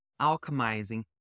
alchemizing